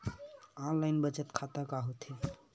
Online बचत खाता का होथे?